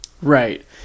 Right